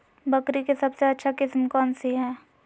बकरी के सबसे अच्छा किस्म कौन सी है?